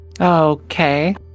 Okay